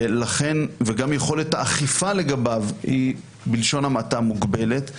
וגם יכולת האכיפה לגביו היא בלשון המעטה מוגבלת.